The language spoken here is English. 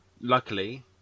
Luckily